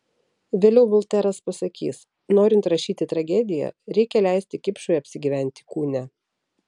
vėliau volteras pasakys norint rašyti tragediją reikia leisti kipšui apsigyventi kūne